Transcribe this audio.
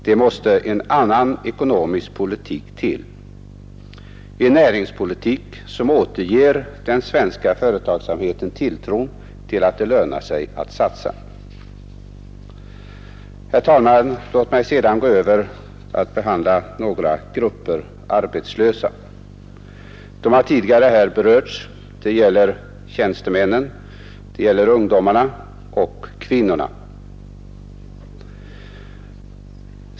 Det måste till en annan ekonomisk politik, en näringspolitik som återger den svenska företagsamheten tilltron till att det lönar sig att satsa. Låt mig härefter gå över till att behandla några grupper av arbetslösa. De har här tidigare berörts. Det gäller tjänstemännen, ungdomarna och kvinnorna.